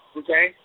okay